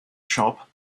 shop